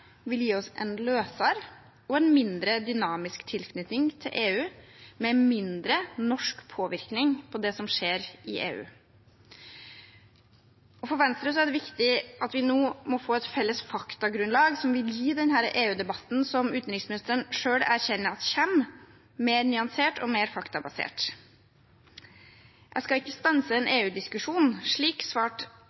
vil gi oss en løsere og en mindre dynamisk tilknytning til EU, med mindre norsk påvirkning på det som skjer i EU. For Venstre er det viktig at vi nå må få et felles faktagrunnlag som vil gjøre denne EU-debatten, som utenriksministeren selv erkjenner at kommer, mer nyansert og mer faktabasert. Jeg skal ikke stanse en EU-diskusjon. – Slik